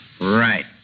Right